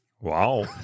Wow